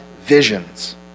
visions